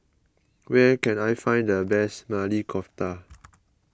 where can I find the best Maili Kofta